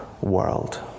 world